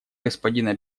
господина